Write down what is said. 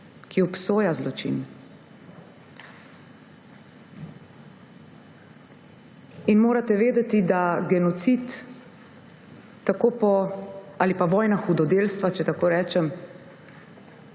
Ki obsoja zločin. Morate vedeti, da genocid ali vojna hudodelstva, če tako rečem,